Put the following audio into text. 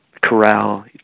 corral